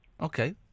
Okay